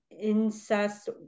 incest